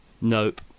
Nope